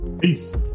peace